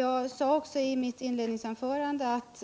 Jag sade också i mitt inledningsanförande att